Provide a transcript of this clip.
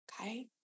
okay